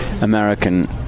American